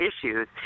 issues